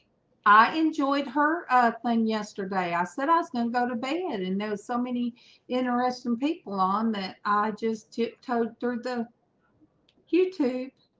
i enjoyed her thing yesterday i said i was gonna go to bed and and know so many interesting people on that. i just tiptoed through the youtube